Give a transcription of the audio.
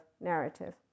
narrative